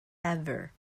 ever